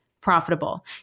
profitable